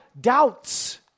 doubts